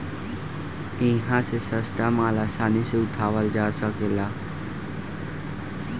इहा से सस्ता माल आसानी से उठावल जा सकेला